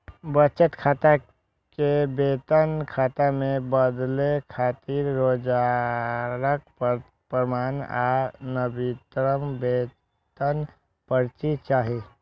बचत खाता कें वेतन खाता मे बदलै खातिर रोजगारक प्रमाण आ नवीनतम वेतन पर्ची चाही